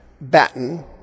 Batten